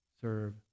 serve